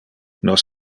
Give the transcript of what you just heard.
nos